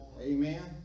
Amen